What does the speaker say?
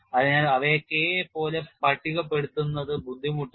അതിനാൽ അവയെ K യെ പോലെ പട്ടികപ്പെടുത്തുന്നത് ബുദ്ധിമുട്ടാണ്